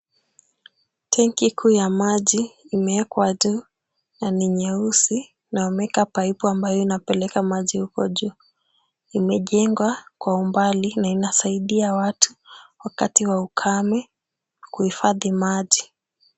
Tenki kuu ya maji imewekwa juu na ni nyeusi na wameweka paipu ambayo inapeleka maji huko juu. Imejengwa kwa umbali na inasaidia watu wakati wa ukame kuhifadhi maji.